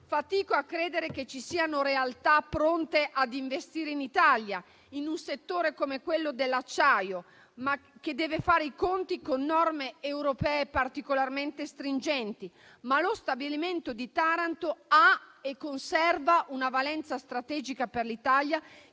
Fatico a credere che ci siano realtà pronte ad investire in Italia, in un settore come quello dell'acciaio, che deve fare i conti con norme europee particolarmente stringenti. Ma lo stabilimento di Taranto ha e conserva una valenza strategica per l'Italia,